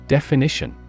Definition